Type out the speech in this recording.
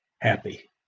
happy